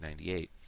1998